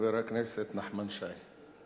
חבר הכנסת נחמן שי.